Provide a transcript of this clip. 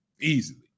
easily